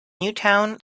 newtown